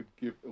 give